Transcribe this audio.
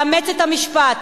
לאמץ את המשפט: